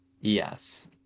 yes